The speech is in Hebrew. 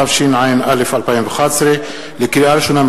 התשע"א 2011. לקריאה ראשונה,